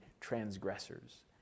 transgressors